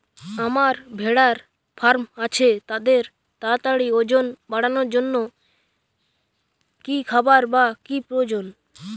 আমার ভেড়ার ফার্ম আছে তাদের তাড়াতাড়ি ওজন বাড়ানোর জন্য কী খাবার বা কী প্রয়োজন?